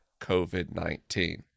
COVID-19